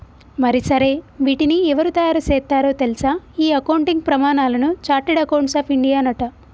మరి సరే వీటిని ఎవరు తయారు సేత్తారో తెల్సా ఈ అకౌంటింగ్ ప్రమానాలను చార్టెడ్ అకౌంట్స్ ఆఫ్ ఇండియానట